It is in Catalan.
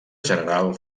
general